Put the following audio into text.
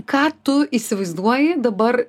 ką tu įsivaizduoji dabar